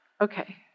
Okay